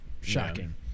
Shocking